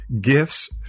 gifts